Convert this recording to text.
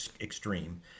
extreme